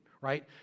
right